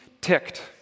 ticked